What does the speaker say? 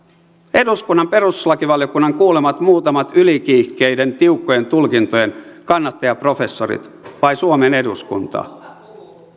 eduskunnan perustuslakivaliokunnan kuulemat muutamat ylikiihkeiden tiukkojen tulkintojen kannattajaprofessorit vai suomen eduskunta